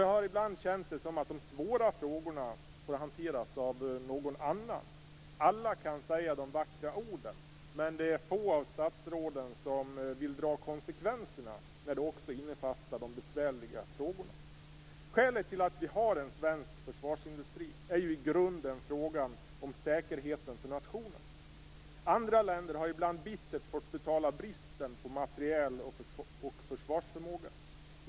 Jag har ibland känt det som att de svåra frågorna alltid får hanteras av någon annan. Alla kan säga de vackra orden, men det är få av statsråden som vill dra konsekvenserna som också innefattar de besvärlig frågorna. Skälet till att vi har en svensk försvarsindustri är i grunden säkerheten för nationen. Andra länder har ibland bittert fått betala bristen på materiel och försvarsförmåga.